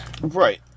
Right